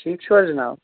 ٹھیٖک چھُو حظ جِناب